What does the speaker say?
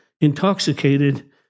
intoxicated